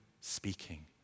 speaking